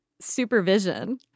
supervision